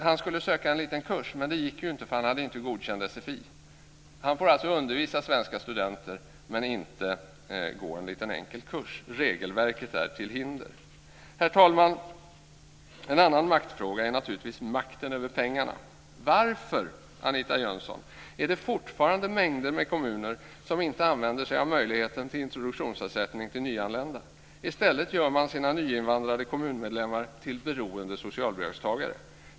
Han skulle söka en liten kurs, men det gick inte för han hade inte godkänd sfi. Han får alltså undervisa svenska studenter men inte gå en enkel liten kurs. Regelverket är till hinder. Herr talman! En annan maktfråga är naturligtvis makten över pengarna. Varför, Anita Jönsson, är det fortfarande mängder av kommuner som inte använder sig av möjligheten till introduktionsersättning till nyanlända? I stället gör man sina nyinvandrade kommunmedlemmar till beroende socialbidragstagare.